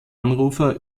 anrufer